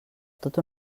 tot